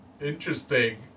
Interesting